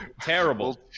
terrible